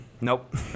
Nope